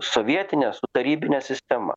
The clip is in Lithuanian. sovietine su tarybine sistema